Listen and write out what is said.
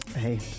hey